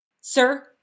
Sir